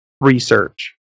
research